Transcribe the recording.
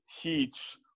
teach